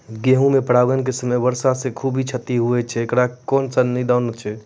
गेहूँ मे परागण के समय वर्षा से खुबे क्षति होय छैय इकरो कोनो निदान छै?